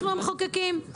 אנחנו המחוקקים,